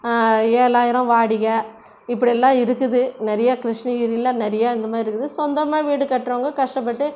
ஏழாயிரம் வாடகை இப்படியெல்லாம் இருக்குது நிறையா கிருஷ்ணகிரியில நிறையா இந்தமாதிரி இருக்குது சொந்தமாக வீடு கட்டுறவங்க கஷ்டப்பட்டு